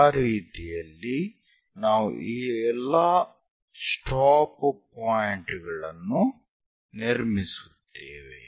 ಆ ರೀತಿಯಲ್ಲಿ ನಾವು ಈ ಎಲ್ಲಾ ಸ್ಟಾಪ್ ಪಾಯಿಂಟ್ ಗಳನ್ನು ನಿರ್ಮಿಸುತ್ತೇವೆ